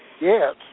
Yes